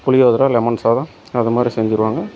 புளியோதரை lemon சாதம் அது மாதிரி செஞ்சுருவாங்க